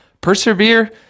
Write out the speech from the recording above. Persevere